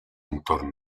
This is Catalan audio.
entorn